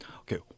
Okay